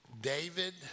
David